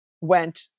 went